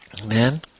Amen